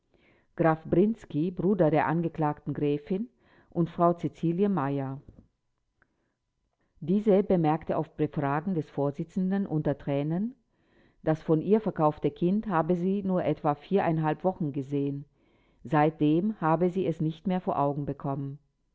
graf brinski bruder der angeklagten gräfin und frau cäcilie meyer diese bemerkte auf befragen des vorsitzenden unter tränen das von ihr verkaufte kind habe sie nur etwa wochen gesehen seitdem habe sie es nicht mehr vor augen bekommen